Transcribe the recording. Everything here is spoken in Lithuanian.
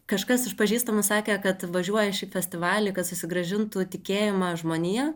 kažkas iš pažįstamų sakė kad važiuoja šį festivalį kad susigrąžintų tikėjimą žmonija